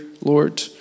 Lord